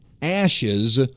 ashes